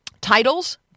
titles